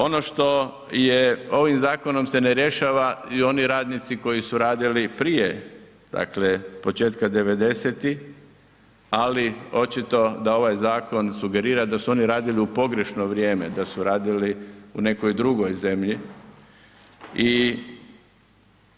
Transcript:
Ono što je ovim zakonom se ne rješava i oni radnici koji su radili prije dakle početka '90.-tih, ali očito da ovaj zakon sugerira da su oni radili u pogrešno vrijeme, da su radili u nekoj drugoj zemlji i